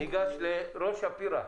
נעבור לרון שפירא,